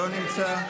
לא נמצא,